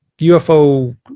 UFO